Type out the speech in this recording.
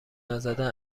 نزدن